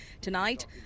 Tonight